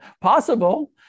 possible